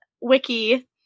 Wiki